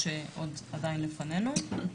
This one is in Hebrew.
בבקשה.